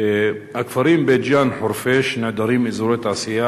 הכפרים בית-ג'ן וחורפיש נעדרים אזורי תעשייה,